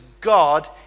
God